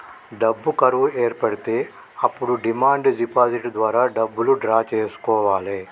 డబ్బు కరువు ఏర్పడితే అప్పుడు డిమాండ్ డిపాజిట్ ద్వారా డబ్బులు డ్రా చేసుకోవాలె